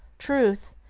truth,